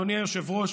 אדוני היושב-ראש,